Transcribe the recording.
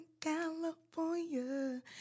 California